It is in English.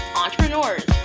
entrepreneurs